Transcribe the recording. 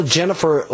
Jennifer